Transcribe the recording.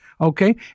okay